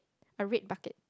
a red bucket